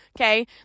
okay